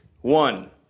one